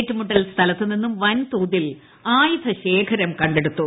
ഏറ്റുമുട്ടൽ സ്ഥലത്തുനിന്നും വൻതോതിൽ ആയുധശേഖരം ടുത്തു